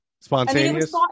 spontaneous